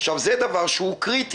עכשיו זה דבר קריטי.